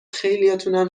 خیلیاتونم